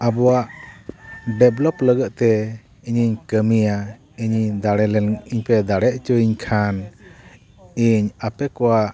ᱟᱵᱚᱣᱟᱜ ᱰᱮᱵᱷᱞᱚᱯ ᱞᱟᱹᱜᱤᱫᱼᱛᱮ ᱤᱧᱤᱧ ᱠᱟᱹᱢᱤᱭᱟ ᱤᱧᱤᱧ ᱫᱟᱲᱮ ᱞᱮᱱᱠᱷᱟᱱ ᱤᱧᱯᱮ ᱫᱟᱲᱮ ᱦᱚᱪᱚᱧ ᱠᱷᱟᱱ ᱤᱧ ᱟᱯᱮ ᱠᱚᱣᱟᱜ